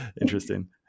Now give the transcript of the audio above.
interesting